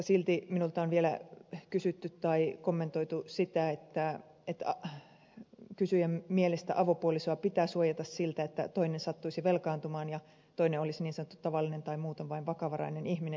silti olen vielä saanut sellaisia kommentteja että avopuolisoa pitää suojata tilanteessa jossa toinen sattuisi velkaantumaan ja toinen olisi niin sanottu tavallinen tai muuten vaan vakavarainen ihminen